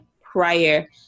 prior